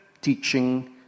teaching